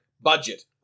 budget